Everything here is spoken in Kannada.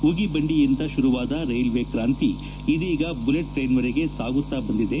ಉಗಿಬಂಡಿಯಿಂದ ಶುರುವಾದ ರೈಲ್ವೆ ಕ್ರಾಂತಿ ಇದೀಗ ಬುಲೆಟ್ ಟ್ರೈನ್ವರೆಗೆ ಸಾಗುತ್ತಾ ಬಂದಿದೆ